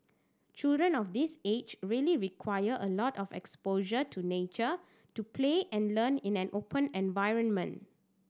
children of this age really require a lot of exposure to nature to play and learn in an open environment